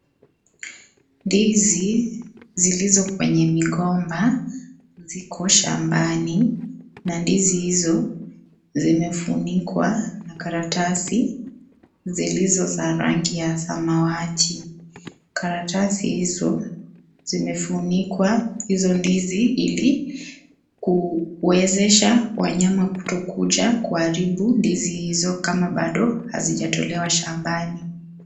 Ndizi, zilizo kwenye migomba ziko shambani, na ndizi hizo zimefunikwa na karatasi zilizo za rangi ya samawati. Karatasi hizo zimefunikwa hizo ndizi ili kuwezesha wanyama kutokuja karibu ndizi hizo kama baado hazijatolewa shambani.